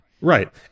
Right